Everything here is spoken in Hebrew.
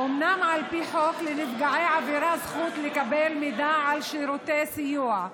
אומנם על פי חוק לנפגעי עבירה יש זכות לקבל מידע על שירותי סיוע,